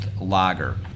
lager